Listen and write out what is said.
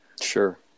Sure